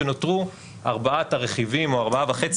ונותרו ארבעת הרכיבים או ארבעה וחצי